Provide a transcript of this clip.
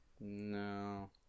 no